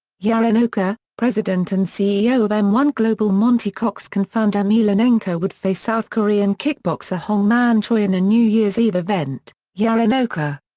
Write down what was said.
yarennoka president and ceo of m one global monte cox confirmed emelianenko would face south korean kickboxer hong-man choi in a new year's eve event, yarennoka,